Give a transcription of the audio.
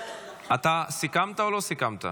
אתה סיכמת או לא סיכמת?